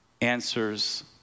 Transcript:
answers